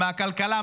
מהכלכלה,